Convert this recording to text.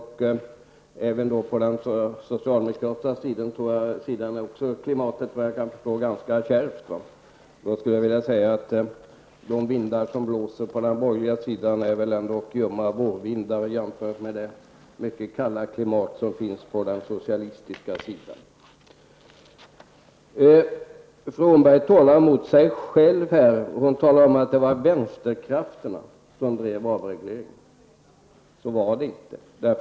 Hos socialdemokraterna är klimatet vad jag kan förstå ganska kärvt, och jag skulle vilja säga att de vindar som blåser kring de borgerliga är väl ljumma vårvindar jämfört med den mycket kalla blåsten på den socialistiska sidan. Fru Åhnberg talar mot sig själv. Hon talar om att det var vänsterkrafterna som drev avregleringen. Så var det inte.